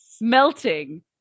Melting